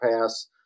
pass